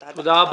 תודה.